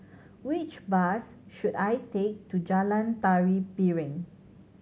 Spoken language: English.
which bus should I take to Jalan Tari Piring